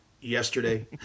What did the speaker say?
yesterday